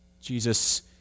Jesus